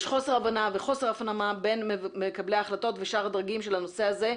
יש חוסר הבנה וחוסר הפנמה בין מקבלי ההחלטות ושאר הדרגים של הנושא הזה,